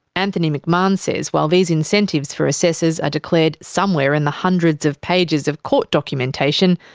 anthony mcmahon says while these incentives for assessors are declared somewhere in the hundreds of pages of court documentation,